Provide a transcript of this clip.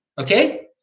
Okay